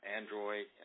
Android